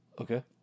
Okay